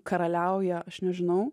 karaliauja aš nežinau